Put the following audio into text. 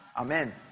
amen